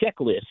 checklist